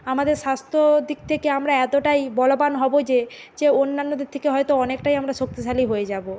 আমাদের স্বাস্থ্যর দিক থেকে আমরা এতটাই বলবান হব যে যে অন্যান্যদের থেকে হয়তো অনেকটাই আমরা শক্তিশালী হয়ে যাব